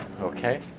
okay